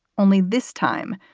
only this time,